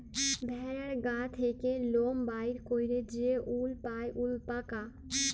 ভেড়ার গা থ্যাকে লম বাইর ক্যইরে যে উল পাই অল্পাকা